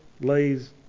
lays